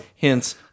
Hence